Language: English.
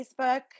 Facebook